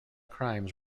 crimes